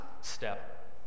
step